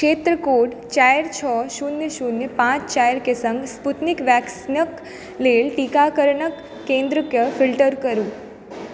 क्षेत्र कोड चारि छओ शून्य शून्य पाँच चारिके सङ्ग स्पूतनिक वैक्सीनक लेल टीकाकरण केंद्रकेँ फिल्टर करु